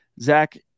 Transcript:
Zach